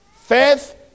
Faith